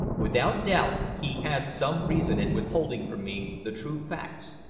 without doubt he had some reason in withholding from me the true facts,